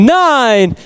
nine